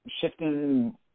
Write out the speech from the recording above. shifting